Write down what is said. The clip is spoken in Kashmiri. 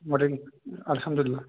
وعلیکُم اَلحمدُاللہ